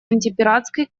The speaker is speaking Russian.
антипиратской